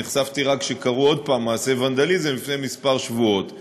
נחשפתי רק כשקרו עוד פעם מעשי ונדליזם לפני שבועות מספר.